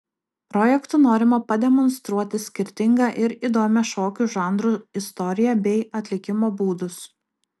projektu norima pademonstruoti skirtingą ir įdomią šokių žanrų istoriją bei atlikimo būdus